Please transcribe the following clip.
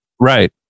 Right